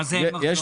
מה זה אין מחזור?